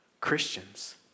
Christians